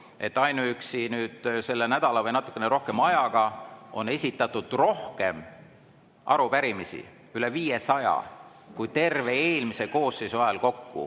ainuüksi selle nädala või natuke rohkema ajaga on esitatud rohkem arupärimisi – üle 500 –, kui terve eelmise koosseisu ajal kokku.